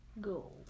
Go